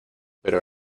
pero